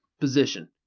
position